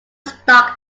stock